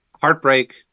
heartbreak